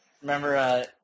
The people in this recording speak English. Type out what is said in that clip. remember